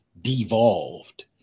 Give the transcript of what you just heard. devolved